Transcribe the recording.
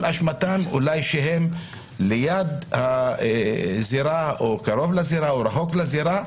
כל אשמתם הוא אולי שהם ליד הזירה או קרוב לזירה או רחוק מהזירה.